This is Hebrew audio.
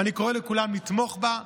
ואני קורא לכולם לתמוך בה.